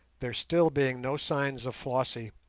there still being no signs of flossie,